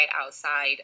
outside